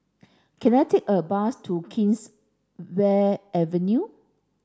can I take a bus to Kingswear Avenue